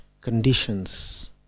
conditions